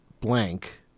blank